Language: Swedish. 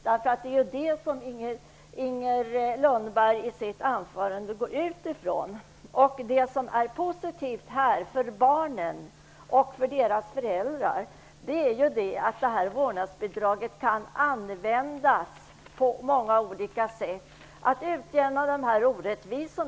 Det är detta som Inger Lundberg i sitt anförande utgår ifrån. Det som här är positivt för barnen och för deras föräldrar är att vårdnadsbidraget kan användas på många olika sätt för att utjämna orättvisor.